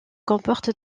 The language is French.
comporte